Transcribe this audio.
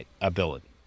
ability